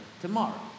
tomorrow